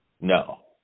No